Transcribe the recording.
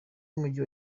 w’umujyi